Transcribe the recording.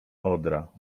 odra